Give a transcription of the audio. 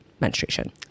menstruation